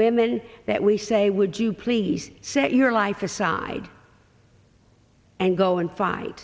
women that we say would you please set your life aside and go and fight